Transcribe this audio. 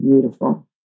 beautiful